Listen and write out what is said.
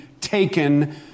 taken